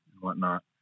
whatnot